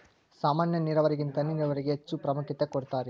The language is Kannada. ಸಾಮಾನ್ಯ ನೇರಾವರಿಗಿಂತ ಹನಿ ನೇರಾವರಿಗೆ ಹೆಚ್ಚ ಪ್ರಾಮುಖ್ಯತೆ ಕೊಡ್ತಾರಿ